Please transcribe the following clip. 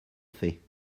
fait